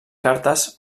cartes